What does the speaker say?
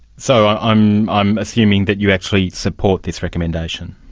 so i'm i'm assuming that you actually support this recommendation?